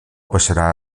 passarà